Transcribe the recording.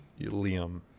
Liam